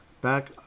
Back